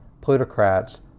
plutocrats